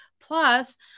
Plus